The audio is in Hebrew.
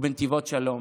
ובנתיבות שלום.